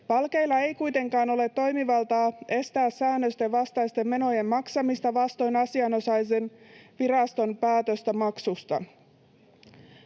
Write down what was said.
Palkeilla ei kuitenkaan ole toimivaltaa estää säännösten vastaisten menojen maksamista vastoin asianosaisen viraston päätöstä maksusta.